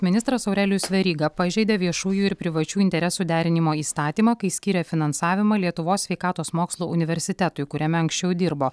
ministras aurelijus veryga pažeidė viešųjų ir privačių interesų derinimo įstatymą kai skyrė finansavimą lietuvos sveikatos mokslų universitetui kuriame anksčiau dirbo